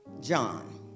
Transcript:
John